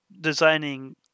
designing